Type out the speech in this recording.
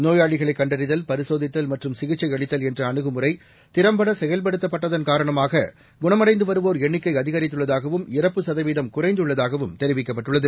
நோயாளிகளை கண்டறிதல் பரிசோதித்தல் மற்றும் சிகிச்சை அளித்தல் என்ற அனுகுமுறை திறம்பட செயல்படுத்தப்பட்டதன் காரணமாக குணம்டந்து வருவோர் எண்ணிக்கை அதிகரித்துள்ளதாகவும் இறப்பு சதவீதம் குறைந்துள்ளதாகவும் தெரிவிக்கப்பட்டுள்ளது